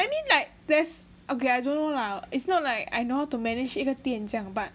I mean like there's okay I don't know lah it's not like I know to manage 一个店这样 but